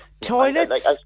Toilets